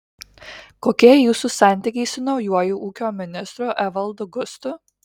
kokie jūsų santykiai su naujuoju ūkio ministru evaldu gustu